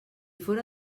fóra